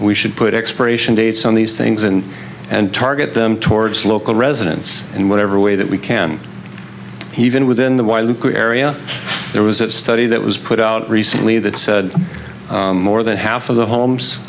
we should put expiration dates on these things and and target them towards local residents in whatever way that we can even within the wiley area there was a study that was put out recently that said more than half of the homes